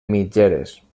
mitgeres